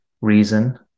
reason